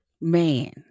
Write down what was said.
man